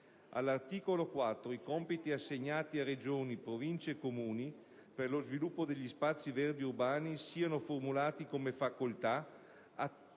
all'articolo 4, i compiti assegnati a Regioni, Province e Comuni per lo sviluppo degli spazi verdi urbani siano formulati come facoltà,